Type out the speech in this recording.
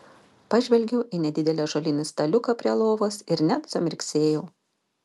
pažvelgiau į nedidelį ąžuolinį staliuką prie lovos ir net sumirksėjau